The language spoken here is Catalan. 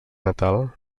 natal